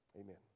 amen